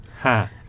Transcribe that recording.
Ha